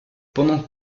pendant